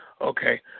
Okay